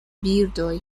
birdoj